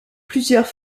plusieurs